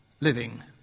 living